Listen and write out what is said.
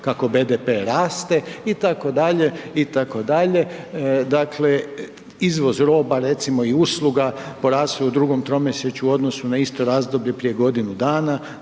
kako BDP raste itd., itd.. Dakle izvoz roba recimo i usluga porastao je u drugom tromjesečju u odnosu na isto razdoblje prije godinu dana,